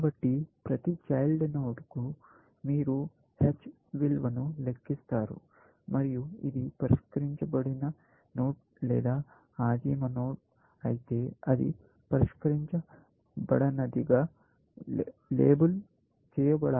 కాబట్టి ప్రతి చైల్డ్ నోడ్కు మీరు h విలువను లెక్కిస్తారు మరియు ఇది పరిష్కరించబడిన నోడ్ లేదా ఆదిమ నోడ్ అయితే అది పరిష్కరించబడినదిగా లేబుల్ చేయబడాలి